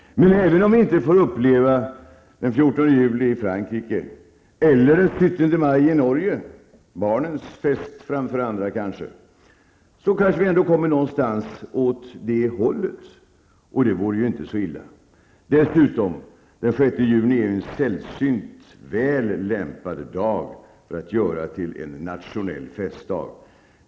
Men även om vi inte får uppleva den 14 juli i Frankrike eller den 17 maj i Norge -- kanske barnens fest framför andra -- kanske vi ändå kommer någonstans åt det hållet, och det vore inte så illa. Dessutom är den 6 juni sällsynt väl lämpad för att göras till en nationell festdag.